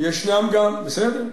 ישנם גם, איפה, בסדר.